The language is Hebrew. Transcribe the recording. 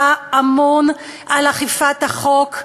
אתה אמון על אכיפת החוק,